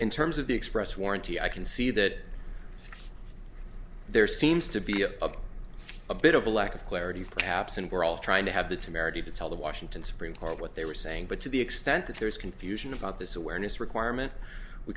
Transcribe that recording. in terms of the express warranty i can see that there seems to be a of a bit of a lack of clarity perhaps and we're all trying to have the temerity to tell the washington supreme court what they were saying but to the extent that there is confusion about this awareness requirement we